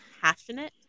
passionate